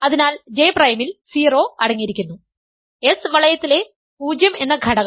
അതിനാൽ J പ്രൈമിൽ 0 അടങ്ങിയിരിക്കുന്നു S വളയത്തിലെ 0 എന്ന ഘടകം